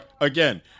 again